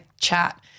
chat